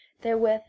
therewith